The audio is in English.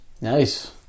Nice